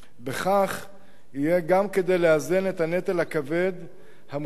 בכך יהיה גם כדי לאזן את הנטל הכבד המוטל על